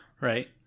Right